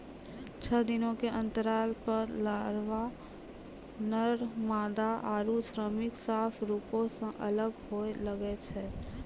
छः दिनो के अंतराल पे लारवा, नर मादा आरु श्रमिक साफ रुपो से अलग होए लगै छै